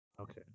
Okay